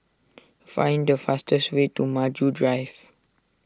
find the fastest way to Maju Drive